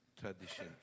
tradition